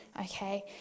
okay